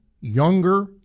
younger